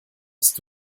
hast